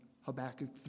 Habakkuk